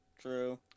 True